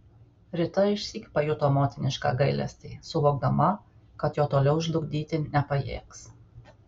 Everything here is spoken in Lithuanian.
rita išsyk pajuto motinišką gailestį suvokdama kad jo toliau žlugdyti nepajėgs